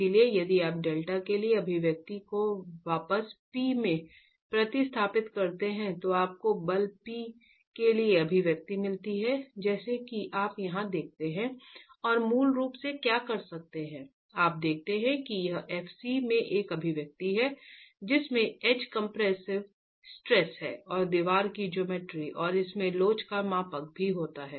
इसलिए यदि आप डेल्टा के लिए अभिव्यक्ति को वापस P में प्रतिस्थापित करते हैं तो आपको बल P के लिए अभिव्यक्ति मिलती है जैसा कि आप यहां देखते हैं और आप मूल रूप से क्या कर सकते हैं आप देखते हैं कि यह f c में एक अभिव्यक्ति है जिसमें एज कंप्रेसिव स्ट्रेस है और दीवार की ज्योमेट्री और इसमें लोच का मापांक भी होता है